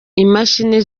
imashini